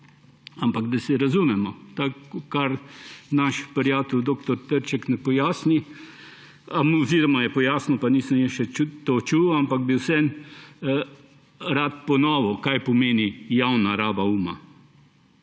Ampak, da se razumemo, kar naš prijatelj dr. Trček ne pojasni oziroma je pojasnil, pa nisem jaz tega slišal, ampak bi vseeno rad ponovil, kaj pomeni javna raba uma.